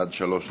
עד שלוש דקות.